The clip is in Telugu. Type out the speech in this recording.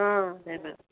అదే మ్యామ్